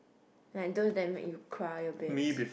like those that make you cry a bit